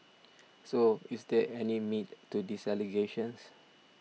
so is there any meat to these allegations